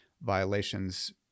Violations